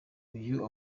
uyu